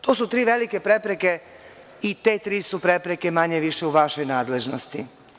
To su tri velike prepreke i te tri su prepreke, manje, više, u vašoj nadležnosti.